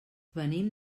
venim